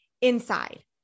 Inside